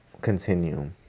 continue